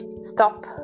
stop